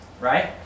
Right